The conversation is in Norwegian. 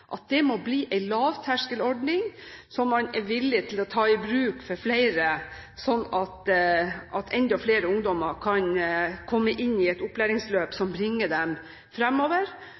god ordning, må bli en lavterskelordning som man er villig til å ta i bruk for flere, sånn at enda flere ungdommer kan komme inn i et opplæringsløp som bringer dem fremover.